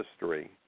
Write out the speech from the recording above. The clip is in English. history